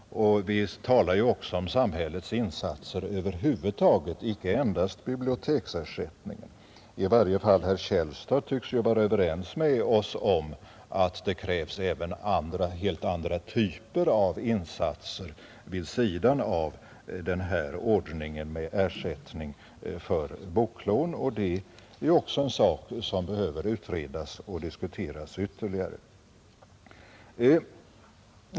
Vi talar ju också om samhällets insatser över huvud taget — icke endast om biblioteksersättningen. I varje fall herr Källstad tycks vara överens med oss om att det krävs även helt andra typer av insatser vid sidan av den här ordningen med ersättning för boklån. Det är också en sak som behöver utredas och diskuteras ytterligare.